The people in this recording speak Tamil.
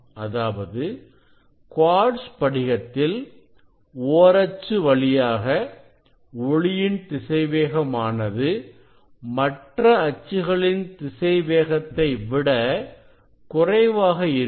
அதாவது குவார்ட்ஸ் படிகத்தில் ஓரச்சு வழியாக ஒளியின் திசைவேகம் ஆனது மற்ற அச்சுகளின் திசைவேகத்தை விட குறைவாக இருக்கும்